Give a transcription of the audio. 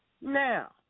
Now